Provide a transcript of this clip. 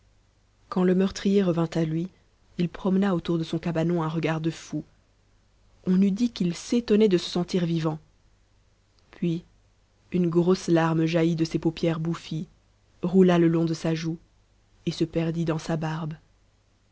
quand le meurtrier revint à lui il promena autour de son cabanon un regard de fou on eût dit qu'il s'étonnait de se sentir vivant puis une grosse larme jaillit de ses paupières bouffies roula le long de sa joue et se perdit dans sa barbe